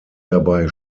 dabei